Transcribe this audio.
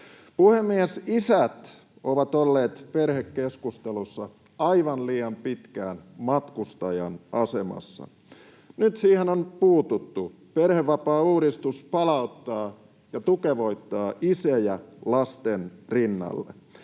Puhemies! Isät ovat olleet perhekeskustelussa aivan liian pitkään matkustajan asemassa. Nyt siihen on puututtu. Perhevapaauudistus palauttaa ja tukevoittaa isejä lasten rinnalle.